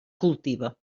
cultiva